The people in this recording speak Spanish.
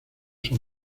son